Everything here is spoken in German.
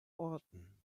orten